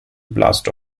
blast